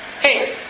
Hey